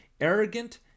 arrogant